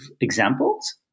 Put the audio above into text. examples